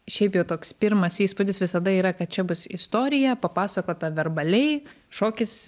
šiaip jau toks pirmas įspūdis visada yra kad čia bus istorija papasakota verbaliai šokis